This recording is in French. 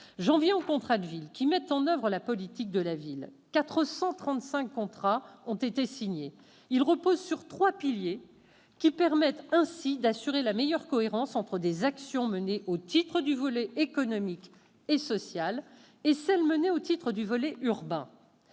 J'en viens aux contrats de ville, qui mettent en oeuvre la politique de la ville. Quelque 435 contrats de ville ont été signés. Ils reposent sur trois piliers, qui permettent d'assurer une meilleure cohérence entre les actions menées au titre du volet économique et social et celles qui sont menées au titre du volet urbain.